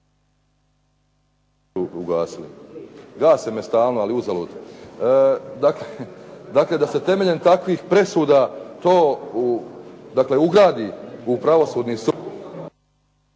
gase me stalno, ali uzalud. Dakle, da se temeljem takvih presuda to ugradi u pravosudni sustav,